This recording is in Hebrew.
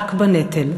רק בנטל.